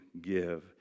give